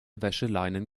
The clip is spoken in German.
wäscheleinen